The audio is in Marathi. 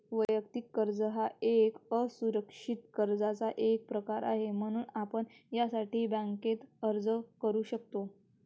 वैयक्तिक कर्ज हा एक असुरक्षित कर्जाचा एक प्रकार आहे, म्हणून आपण यासाठी बँकेत अर्ज करू शकता